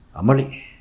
Amali